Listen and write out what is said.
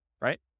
right